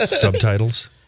Subtitles